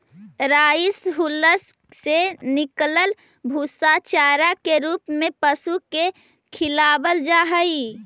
rice hulls से निकलल भूसा चारा के रूप में पशु के खिलावल जा हई